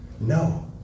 No